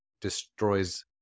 destroys